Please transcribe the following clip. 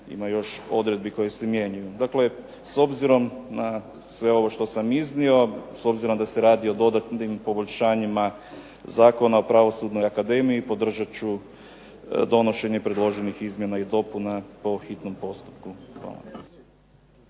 ima još odredbi koje se mijenjaju. Dakle s obzirom na sve ovo što sam iznio, s obzirom da se radi o dodatnim poboljšanjima Zakona o Pravosudnoj akademiji, podržat ću donošenje predloženih izmjena i dopuna po hitnom postupku. Hvala.